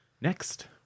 Next